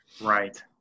Right